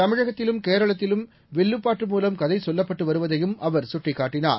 தமிழகத்திலும் கேரளத்திலும் வில்லுப்பாட்டு மூலம் கதை சொல்லப்பட்டு வருவதையும் அவர் சுட்டிக்காட்டினார்